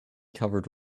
covered